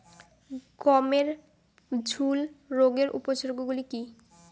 গমের ঝুল রোগের উপসর্গগুলি কী কী?